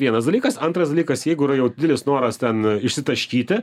vienas dalykas antras dalykas jeigu yra jau didelis noras ten išsitaškyti